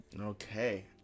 Okay